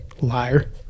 liar